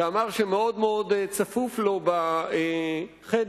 ואמר שמאוד-מאוד צפוף לו בחדר,